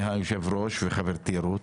אדוני היושב ראש וחברתי רות,